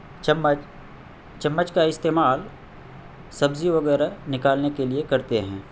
چمچ چمچ کا استعمال سبزی وغیرہ نکالنے کے لئے کرتے ہیں